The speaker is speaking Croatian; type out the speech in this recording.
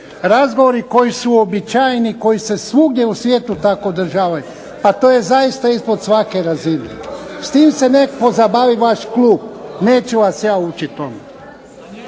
razgovori koji su uobičajeni, koji se svugdje u svijetu tako održavaju pa to je zaista ispod svake razine. S tim se nek pozabavi vaš klub. Neću vas ja učit tome.